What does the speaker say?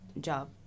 job